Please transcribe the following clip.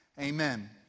amen